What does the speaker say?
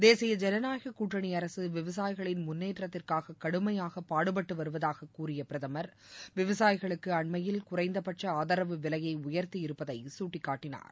தேசிய ஜனநாயகக் கூட்டனி அரசு விவசாயிகளின் முன்னேற்றத்திற்காக கடுமையாக பாடுபட்டு வருவதாகக் கூறிய பிரதமர் விவசாயிகளுக்கு அண்மயில் குறைந்தபட்ச ஆதரவு விலையை உயர்த்தி இருப்பதை சுட்டிக்காட்டினார்